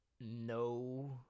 No